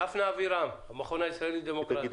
דפנה אבירם, המכון הישראלי לדמוקרטיה.